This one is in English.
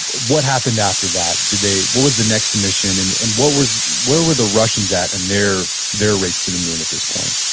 what happened after that? did they, what was the next mission? and and what was, where were the russians at and in their race to the moon at this point?